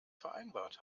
vereinbart